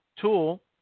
tool